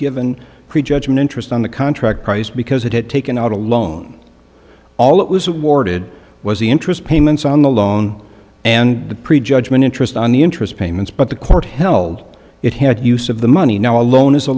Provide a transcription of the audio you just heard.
given pre judgment interest on the contract price because it had taken out a loan all it was awarded was the interest payments on the loan and the pre judgment interest on the interest payments but the court held it had use of the money now a loan is a